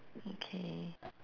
okay